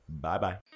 Bye-bye